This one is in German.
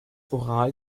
ural